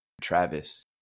travis